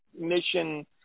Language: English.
Mission